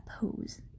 pose